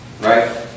right